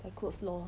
buy clothes lor